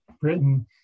Britain